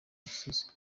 misozi